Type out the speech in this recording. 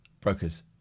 Brokers